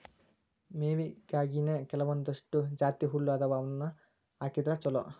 ಮೇವಿಗಾಗಿನೇ ಕೆಲವಂದಿಷ್ಟು ಜಾತಿಹುಲ್ಲ ಅದಾವ ಅವ್ನಾ ಹಾಕಿದ್ರ ಚಲೋ